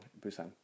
Busan